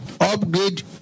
upgrade